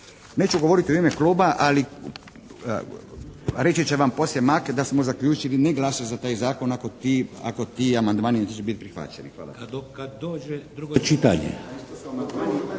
Neću govoriti u ime kluba, ali reći će vam poslije Mak da smo zaključili ne glasati za taj zakon ako ti amandmani će biti prihvaćeni. Hvala.